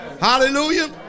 Hallelujah